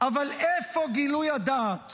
--- אבל איפה גילוי הדעת